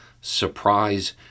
surprise